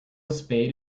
spade